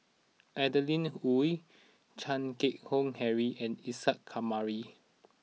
Adeline Ooi Chan Keng Howe Harry and Isa Kamari